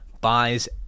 buys